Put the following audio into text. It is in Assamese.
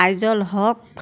আইজল হক